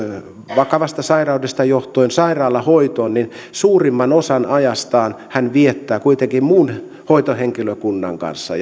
vakavasta sairaudesta johtuen sairaalahoitoon suurimman osan ajastaan hän viettää kuitenkin muun hoitohenkilökunnan kanssa